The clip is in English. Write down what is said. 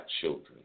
children